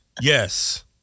Yes